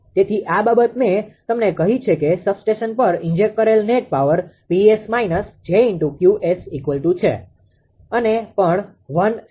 તેથી આ બાબત મેં તમને કહી છે કે સબસ્ટેશન પર ઇન્જેક્ટ કરેલ નેટ પાવર 𝑃𝑠 − 𝑗𝑄𝑠 છે છે અને પણ છે